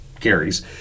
carries